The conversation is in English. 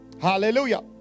Hallelujah